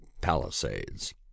palisades